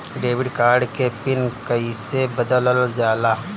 Debit card के PIN कईसे बदलल जाला?